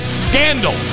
scandal